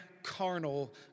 carnal